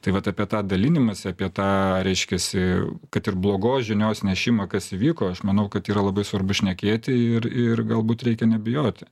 tai vat apie tą dalinimąsi apie tą reiškiasi kad ir blogos žinios nešimą kas įvyko aš manau kad yra labai svarbu šnekėti ir ir galbūt reikia nebijoti